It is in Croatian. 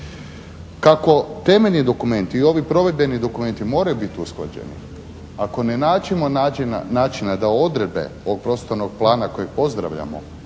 Kako temeljni dokumenti i ovi provedbeni dokumenti moraju biti usklađeni ako ne nađemo načina da odredbe ovog prostornog plana kojeg pozdravljamo